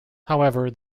however